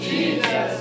Jesus